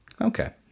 Okay